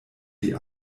die